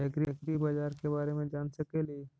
ऐग्रिबाजार के बारे मे जान सकेली?